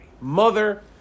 Mother